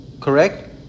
correct